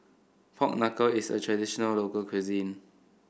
Pork Knuckle is a traditional local cuisine